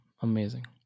Amazing